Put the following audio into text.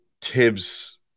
Tibbs